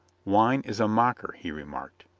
wine is a mocker, he remarked.